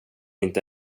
inte